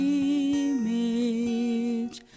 image